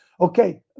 Okay